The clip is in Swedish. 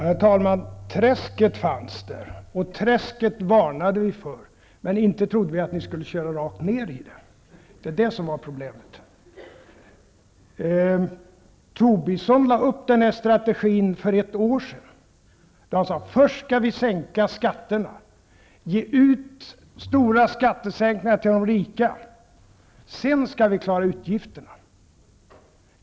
Herr talman! Träsket fanns där, och träsket varnade vi för. Men inte trodde vi att ni skulle köra rakt ned i det. Det var detta som var problemet. Lars Tobisson lade upp denna strategi för ett år sedan. Då sade han: Först skall vi sänka skatterna och ge stora skattesänkningar till de rika. Sedan skall vi klara utgifterna.